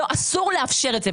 אסור לאפשר את זה.